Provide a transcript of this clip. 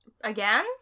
Again